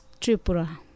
Tripura